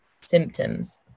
symptoms